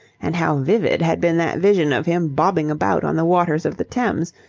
and how vivid had been that vision of him bobbing about on the waters of the thames,